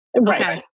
Right